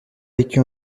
vécu